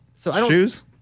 Shoes